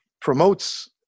promotes